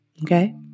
Okay